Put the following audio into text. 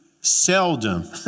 seldom